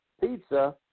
Pizza